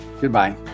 Goodbye